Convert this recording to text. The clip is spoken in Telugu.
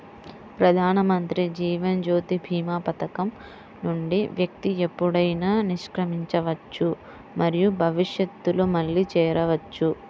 ప్రధానమంత్రి జీవన్ జ్యోతి భీమా పథకం నుండి వ్యక్తి ఎప్పుడైనా నిష్క్రమించవచ్చు మరియు భవిష్యత్తులో మళ్లీ చేరవచ్చు